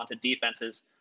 defenses